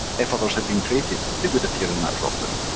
if others had been created they would appear in that dropdown.